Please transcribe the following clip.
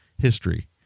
history